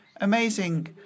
amazing